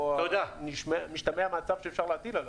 או משתמע מהצו שאפשר להטיל עליו.